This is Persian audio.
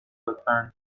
لطفا